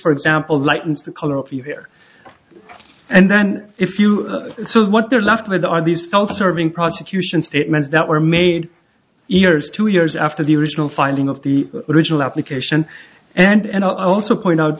for example lightens the color of your ear and then if you so what they're left with are these self serving prosecution statements that were made ears two years after the original finding of the original application and i'll also point out